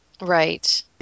Right